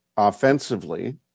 Offensively